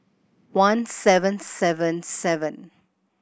one seven seven seven